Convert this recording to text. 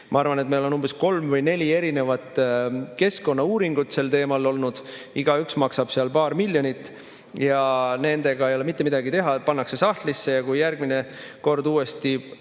Ma arvan, et meil on sel teemal umbes kolm või neli erinevat keskkonnauuringut olnud, igaüks maksab seal paar miljonit. Ja nendega ei ole mitte midagi teha, need pannakse sahtlisse. Kui järgmine kord uuesti